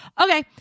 okay